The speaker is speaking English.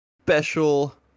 special